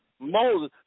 Moses